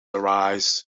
arise